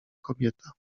kobieta